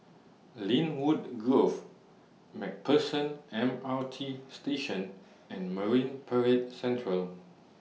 Lynwood Grove MacPherson M R T Station and Marine Parade Central